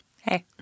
Hey